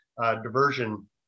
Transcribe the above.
diversion